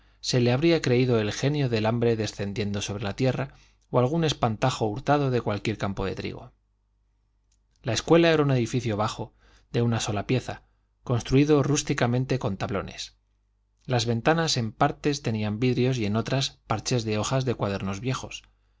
se le habría creído el genio del hambre descendiendo sobre la tierra o algún espantajo hurtado de cualquier campo de trigo la escuela era un edificio bajo de una sola pieza construído rústicamente con tablones las ventanas en partes tenían vidrios y en otras parches de hojas de cuadernos viejos